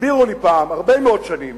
הסבירו לי פעם, הרבה מאוד שנים,